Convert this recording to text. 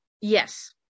yes